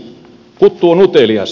kuttu on utelias